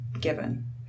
given